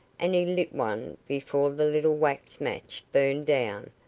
and he lit one before the little wax match burned down,